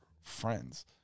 friends